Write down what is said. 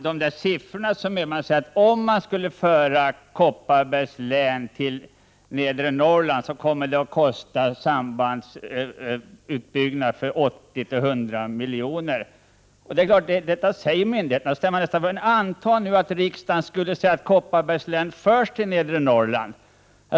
Herr talman! Om man skulle föra Kopparbergs län till Nedre Norrlands civiloch militärområde skulle sambandsutbyggnaden kosta mellan 80 och 100 milj.kr. Detta säger alltså myndigheterna. Antag att riksdagen bestämmer att Kopparbergs län förs till Nedre Norrlands militärområde.